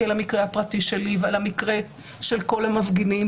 על המקרה הפרטי שלי ועל המקרה של כל המפגינים,